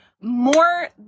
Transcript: more